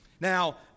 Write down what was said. Now